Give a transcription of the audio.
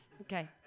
okay